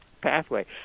pathway